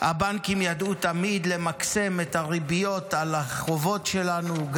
הבנקים ידעו תמיד למקסם את הריביות על החובות שלנו,